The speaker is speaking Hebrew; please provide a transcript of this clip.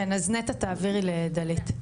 כן, אז נטע, תעבירי לדלית.